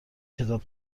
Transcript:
کتاب